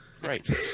Great